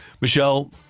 Michelle